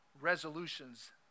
resolutions